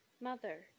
mother